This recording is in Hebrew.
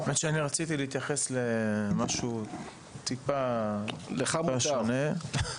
רציתי להתייחס למשהו טיפה שונה.